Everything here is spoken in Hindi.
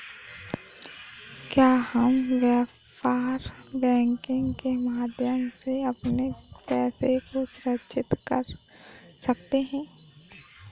क्या हम व्यापार बैंकिंग के माध्यम से अपने पैसे को सुरक्षित कर सकते हैं?